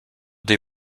des